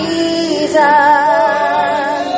Jesus